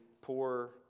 poor